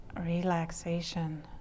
relaxation